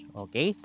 okay